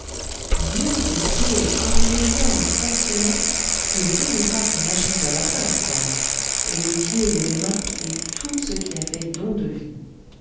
dieu de dieu comme les langues fonctionnaient de véritables machines à vapeur quoi et les pieds et les mains et tout ce qui avait don de vie